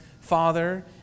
Father